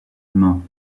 humain